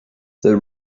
the